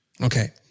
Okay